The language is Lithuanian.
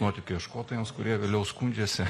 nuotykių ieškotojams kurie vėliau skundžiasi